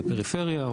או פריפריה,